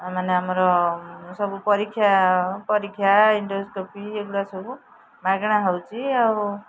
ମାନେ ଆମର ସବୁ ପରୀକ୍ଷା ପରୀକ୍ଷା ଇଣ୍ଡୋସ୍କୋପି ଏଗୁଡ଼ା ସବୁ ମାଗଣା ହେଉଛି ଆଉ